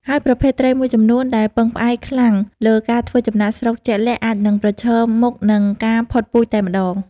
ហើយប្រភេទត្រីមួយចំនួនដែលពឹងផ្អែកខ្លាំងលើការធ្វើចំណាកស្រុកជាក់លាក់ អាចនឹងប្រឈមមុខនឹងការផុតពូជតែម្ដង។